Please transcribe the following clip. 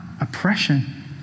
oppression